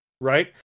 right